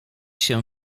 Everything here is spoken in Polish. się